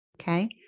okay